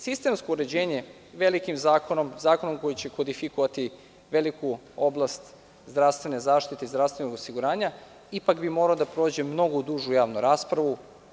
Sistemsko uređenje velikim zakonom, zakonom koji će kodifikovati veliku oblast zdravstvene zaštite i zdravstvenog osiguranja, ipak bi morao da prođe mnogo dužu javnu raspravu.